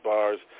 Bars